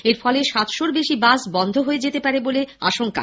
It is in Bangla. এর ফলে সাতশোর বেশি বাস বন্ধ হয়ে যেতে পারে বলে আশঙ্কা